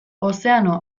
ozeano